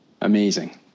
Amazing